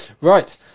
Right